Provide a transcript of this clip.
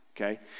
okay